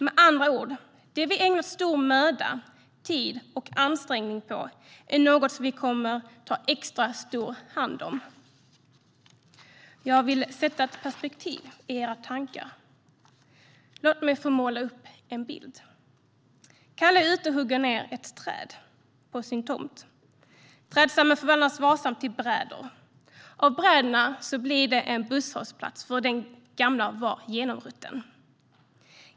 Med andra ord: Det vi ägnat stor möda, tid och ansträngning är något som vi kommer att ta extra stor hand om. Jag vill skapa perspektiv i era tankar. Låt mig få måla upp en bild. Calle är ute och hugger ned ett träd på sin tomt. Trädstammen förvandlas varsamt till brädor. Av brädorna blir det en busshållplats eftersom den gamla var genomrutten.